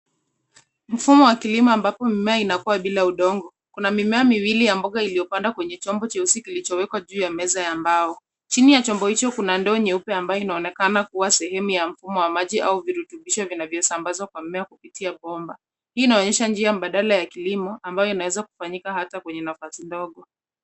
Mfumo wa kilimo ambapo mimea inakua bila udongo. Kuna mimea miwili ya mboga iliyopandwa kwenye chombo cheusi kilichowekwa juu ya meza ya mbao. Chini ya chombo hicho kuna ndoo nyeupe ambayo inaonekana kuwa sehemu ya mfumo wa maji au virutubisho vinayosambazwa kwa mimea kupitia bomba. Hii inaonyesha njia mbadala ya kilimo ambayo inaweza kufanyika hata kwenye nafasi ndogo.